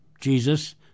Jesus